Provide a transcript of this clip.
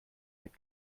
mit